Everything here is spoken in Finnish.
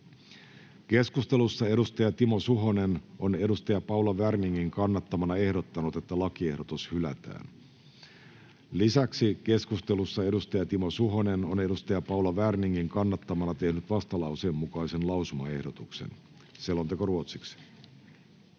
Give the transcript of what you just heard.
Keskustelussa Timo Suhonen on Paula Werningin kannattamana ehdottanut, että lakiehdotus hylätään. Lisäksi keskustelussa Timo Suhonen on Paula Werningin kannattamana tehnyt vastalauseen mukaisen lausumaehdotuksen. [Speech 11]